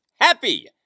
Happy